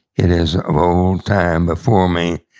it is of old time before me,